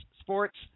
Sports